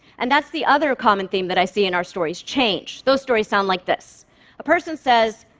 and that's the other common theme that i see in our stories change. those stories sound like this a person says,